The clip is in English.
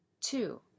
Two